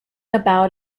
about